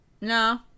No